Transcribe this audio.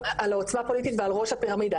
העוצמה הפוליטית ועל ראש הפירמידה,